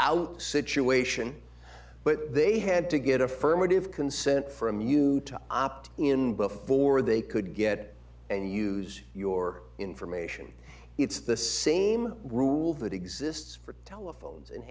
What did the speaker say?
out situation but they had to get affirmative consent from you to opt in before they could get it and use your information it's the same rule that exists for telephones and